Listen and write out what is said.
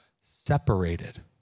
separated